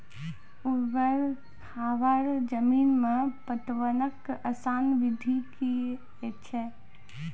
ऊवर खाबड़ जमीन मे पटवनक आसान विधि की ऐछि?